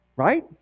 Right